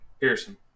Pearson